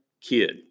kid